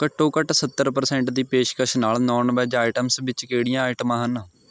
ਘੱਟੋ ਘੱਟ ਸੱਤਰ ਪ੍ਰਸੈਂਟ ਦੀ ਪੇਸ਼ਕਸ਼ ਨਾਲ਼ ਨੌਨ ਵੈੱਜ ਆਈਟਮਸ ਵਿੱਚ ਕਿਹੜੀਆਂ ਆਈਟਮਾਂ ਹਨ